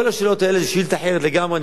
כל השאלות האלה זה שאילתא אחרת לגמרי.